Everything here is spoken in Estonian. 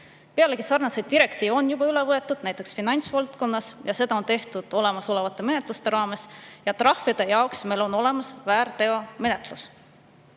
Pealegi, sarnaseid direktiive on juba üle võetud, näiteks finantsvaldkonnas, ja seda on tehtud olemasolevate menetluste raames. Trahvide jaoks meil on olemas väärteomenetlus.